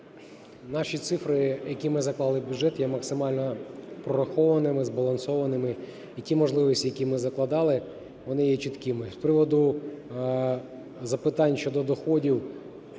Наші цифри, які ми заклали в бюджет, є максимально прорахованими, збалансованими. І ті можливості, які ми закладали, вони є чіткими. З приводу запитань щодо доходів.